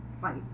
fight